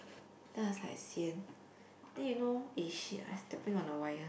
then I was like sian then you know eh shit I stepping on the wire